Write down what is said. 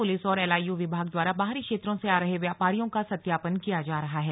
police और LIU विभाग द्वारा बाहरी क्षेत्रों से आ रहे व्यापारियों का सत्यापन किया जा रहा है